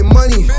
money